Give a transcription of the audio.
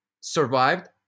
survived